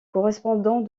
correspondants